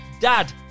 dad